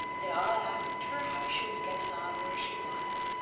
they all asked her how she was getting on where she was.